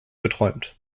geträumt